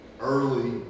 early